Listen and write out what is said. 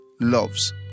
loves